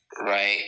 right